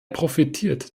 profitiert